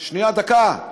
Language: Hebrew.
שנייה, דקה.